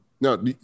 No